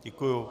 Děkuju.